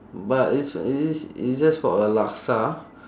but it's it is it's just for a laksa